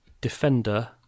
Defender